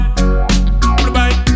Goodbye